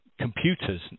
computers